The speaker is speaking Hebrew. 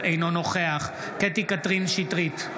אינו נוכח קטי קטרין שטרית,